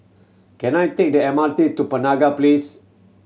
can I take the M R T to Penaga Place